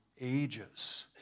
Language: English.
ages